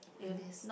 realist